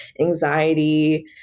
anxiety